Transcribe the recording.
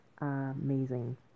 amazing